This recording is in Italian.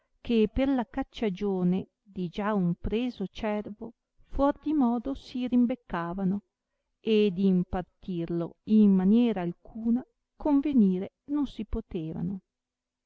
che per la cacciagione di già un preso cervo fuor di modo si rimbeccavano ed in partirlo in maniera alcuna convenire non si potevano